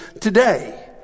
today